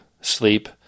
sleep